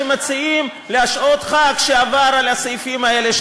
שמציעים להשעות חבר כנסת שעבר על הסעיפים האלה,